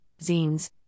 zines